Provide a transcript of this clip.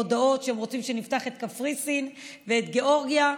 הודעות שהם רוצים שנפתח את קפריסין ואת גיאורגיה.